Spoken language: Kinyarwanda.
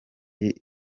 y’i